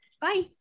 Bye